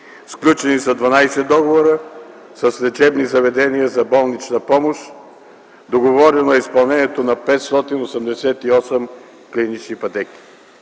Сключени са 12 договора с лечебни заведения за болнична помощ, договорено е изпълнението на 588 клинични пътеки.